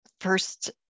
first